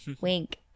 wink